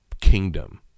kingdom